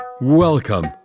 Welcome